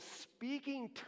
speaking